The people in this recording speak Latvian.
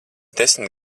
desmit